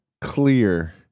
clear